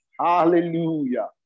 Hallelujah